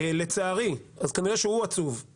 לצערי אז כנראה שהוא עצוב,